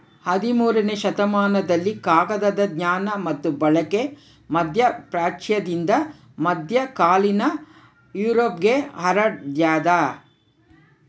ಹದಿಮೂರನೇ ಶತಮಾನದಲ್ಲಿ ಕಾಗದದ ಜ್ಞಾನ ಮತ್ತು ಬಳಕೆ ಮಧ್ಯಪ್ರಾಚ್ಯದಿಂದ ಮಧ್ಯಕಾಲೀನ ಯುರೋಪ್ಗೆ ಹರಡ್ಯಾದ